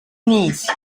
knees